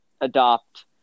adopt